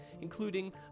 including